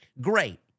Great